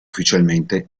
ufficialmente